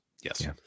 Yes